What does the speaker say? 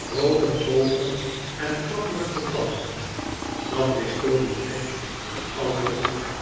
roode oogen en klapperende tanden dat wist toby veck maar al te goed